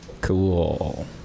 Cool